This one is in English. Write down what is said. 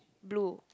blue